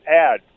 ad